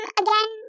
again